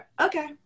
okay